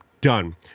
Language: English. Done